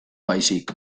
baizik